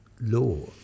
law